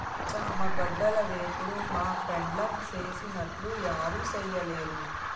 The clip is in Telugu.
చామగడ్డల వేపుడు మా పెండ్లాం సేసినట్లు యారు సెయ్యలేరు